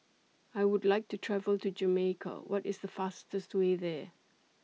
I Would like to travel to Jamaica What IS The fastest Way There